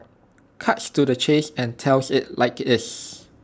cuts to the chase and tells IT like IT is